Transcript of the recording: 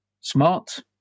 Smart